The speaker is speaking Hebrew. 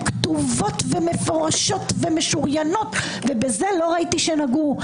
כתובות ומפורשות ומשוריינות ובזה לא ראיתי שנגעו.